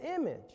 image